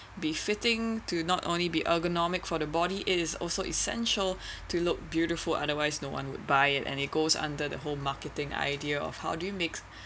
be fitting to not only be ergonomic for the body it is also essential to look beautiful otherwise no one would buy it and it goes under the whole marketing idea of how do you make